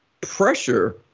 pressure